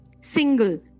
single